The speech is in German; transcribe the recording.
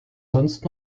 sonst